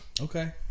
Okay